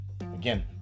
Again